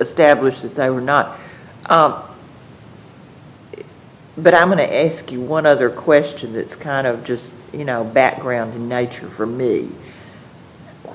establish that they were not but i'm going to ask you one other question that's kind of just you know a background in nature for me